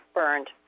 burned